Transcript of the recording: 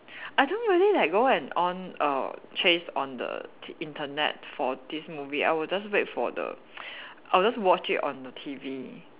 I don't really like go and on err chase on the Internet for these movie I would just wait for the I would just watch it on the T_V